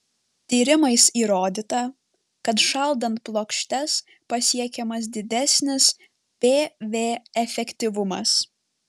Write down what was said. tyrimais įrodyta kad šaldant plokštes pasiekiamas didesnis pv efektyvumas